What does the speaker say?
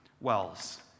wells